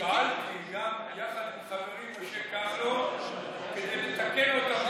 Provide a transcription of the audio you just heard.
פעלתי גם יחד עם חברי משה כחלון כדי לתקן אותו,